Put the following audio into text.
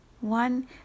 One